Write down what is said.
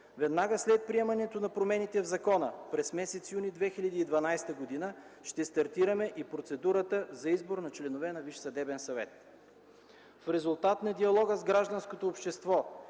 Веднага след приемането на промените в закона, през месец юни 2012 г. ще стартираме и процедурата за избор на членове на Висшия съдебен съвет. В резултат на диалога с гражданското общество